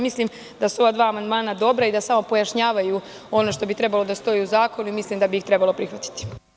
Mislim da su ova dva amandmana dobra i da samo pojašnjavaju ono što bi trebalo da stoji u zakonu, i mislim da bi ih trebalo prihvatiti.